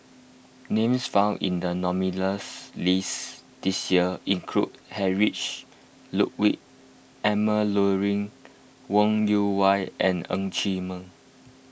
names found in the nominees' list this year include Heinrich Ludwig Emil Luering Wong Yoon Wah and Ng Chee Meng